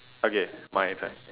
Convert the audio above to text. okay my turn